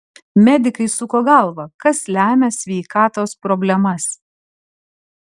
medikai suko galvą kas lemia sveikatos problemas